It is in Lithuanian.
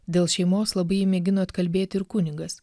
dėl šeimos labai jį mėgino atkalbėti ir kunigas